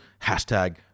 Hashtag